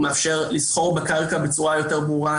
הוא מאפשר לסחור בקרקע בצורה יותר ברורה,